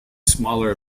smaller